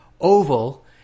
oval